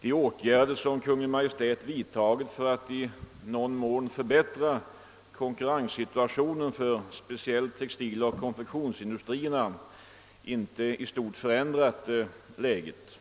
de åtgärder som Kungl. Maj:t vidtagit för att i någon mån förbättra konkurrenssituationen för speciellt textiloch konfektionsindustrierna intei stort förändrat läget.